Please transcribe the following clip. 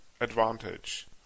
advantage